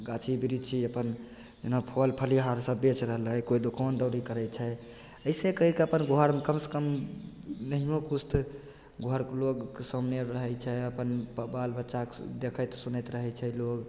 गाछी बिरछी अपन जेना फल फलिहार सभ बेच रहलय कोइ दोकान दौरी करय छै अइसे करिकऽ अपन घरमे कम सँ कम नहियो किछु तऽ घरके लोगके सामने रहय छै अपन बाल बच्चा देखैत सुनैत रहय छै लोग